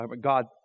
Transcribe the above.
God